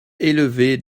élevé